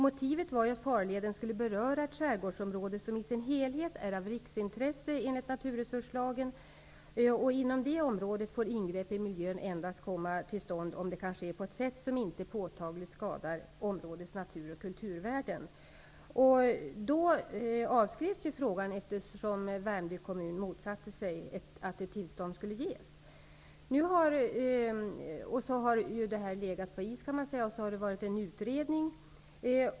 Motivet var att farleden skulle beröra ett skärgårdsområde som enligt naturresurslagen i sin helhet är av riksintresse. Inom det området får ingrepp i miljön endast ske om det kan ske på ett sätt som inte påtagligt skadar områdets natur och kulturvärden. Frågan avskrevs då, eftersom Värmdö kommun motsatte sig att ett tillstånd skulle ges. Man kan säga att frågan sedan har legat på is och den har varit under utredning.